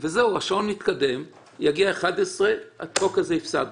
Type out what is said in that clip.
השעה 11:00 ונפסיד